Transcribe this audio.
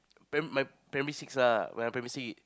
pri~ my primary six ah when I primary six